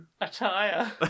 Attire